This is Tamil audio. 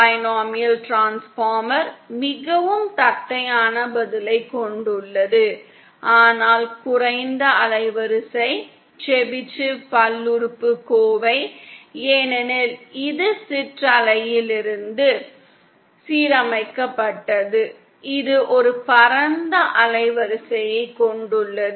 பைனோமியல் டிரான்ஸ்பார்மர் மிகவும் தட்டையான பதிலைக் கொண்டுள்ளது ஆனால் குறைந்த அலைவரிசை செபிஷேவ் பல்லுறுப்புக்கோவை ஏனெனில் இது சிற்றலையிலிருந்து சீரமைக்கப்பட்டது இது ஒரு பரந்த அலைவரிசையை கொண்டுள்ளது